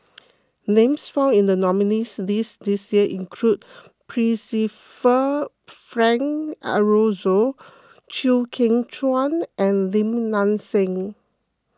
names found in the nominees' list this year include Percival Frank Aroozoo Chew Kheng Chuan and Lim Nang Seng